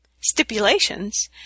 stipulations